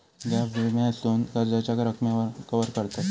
gap विम्यासून कर्जाच्या रकमेक कवर करतत